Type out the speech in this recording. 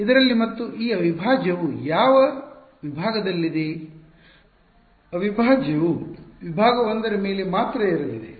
ಇದರಲ್ಲಿ ಮತ್ತು ಈ ಅವಿಭಾಜ್ಯವು ಈಗ ಯಾವ ವಿಭಾಗದಲ್ಲಿದೆ ಅವಿಭಾಜ್ಯವು ವಿಭಾಗ 1 ರ ಮೇಲೆ ಮಾತ್ರ ಇರಲಿದೆ